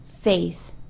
faith